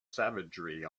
savagery